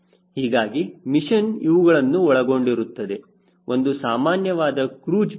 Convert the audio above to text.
ಹೀಗಾಗಿ ಮಿಷಿನ್ ಇವುಗಳನ್ನು ಒಳಗೊಂಡಿರುತ್ತದೆ ಒಂದು ಸಾಮಾನ್ಯವಾದ ಕ್ರೂಜ್ ಮಿಷನ್